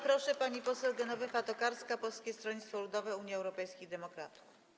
Proszę, pani poseł Genowefa Tokarska, Polskie Stronnictwo Ludowe - Unia Europejskich Demokratów.